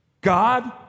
God